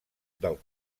del